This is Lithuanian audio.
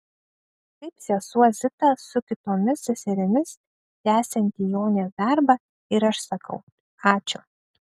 kaip sesuo zita su kitomis seserimis tęsianti jonės darbą ir aš sakau ačiū